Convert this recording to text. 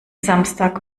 samstag